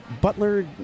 butler